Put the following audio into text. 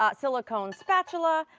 ah silicone spatula,